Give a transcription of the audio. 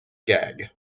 gag